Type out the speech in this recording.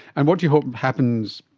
and what do you hope happens?